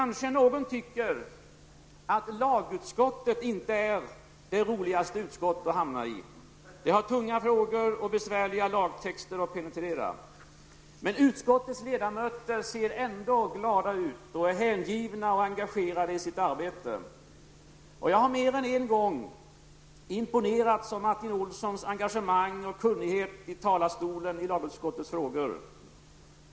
Någon kanske tycker att lagutskottet inte är det roligaste utskottet att hamna i; det har tunga frågor och besvärliga lagtexter att penetrera. Men utskottets ledamöter ser ändå glada ut och är hängivna och engagerade i sitt arbete. Jag har mer än en gång imponerats av Martin Olssons engagemang och kunnighet i talarstolen i lagutskottets frågor.